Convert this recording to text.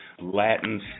Latin